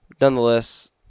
nonetheless